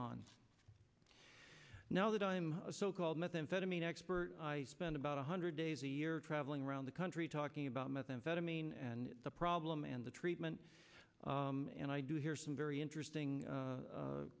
on now that i'm a so called methamphetamine expert i spend about one hundred days a year traveling around the country talking about methamphetamine and the problem and the treatment and i do hear some very interesting